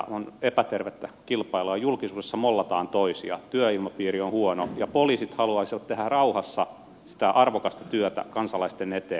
on epätervettä kilpailua julkisuudessa mollataan toisia työilmapiiri on huono ja poliisit haluaisivat tehdä rauhassa sitä arvokasta työtä kansalaisten eteen